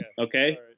Okay